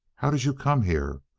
how did you come here?